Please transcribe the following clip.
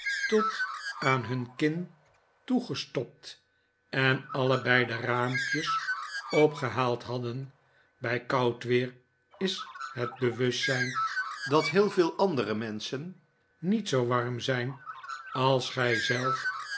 tot aan hun kin toegestopt en allebei de raampjes opgehaald hadden bij koud weer is het bewustzijn dat heel veel andere menschen niet zoo warm zijn als gij zelf